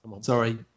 Sorry